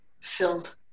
filled